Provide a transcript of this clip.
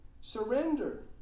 Surrender